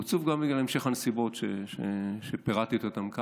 הוא עצוב גם בגלל המשך הנסיבות שפירטתי כאן.